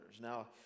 Now